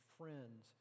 friends